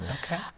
Okay